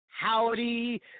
Howdy